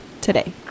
today